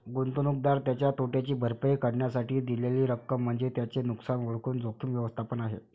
गुंतवणूकदार त्याच्या तोट्याची भरपाई करण्यासाठी दिलेली रक्कम म्हणजे त्याचे नुकसान ओळखून जोखीम व्यवस्थापन आहे